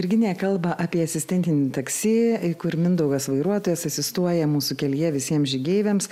virginija kalba apie asistentinį taksi kur mindaugas vairuotojas asistuoja mūsų kelyje visiems žygeiviams